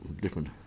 different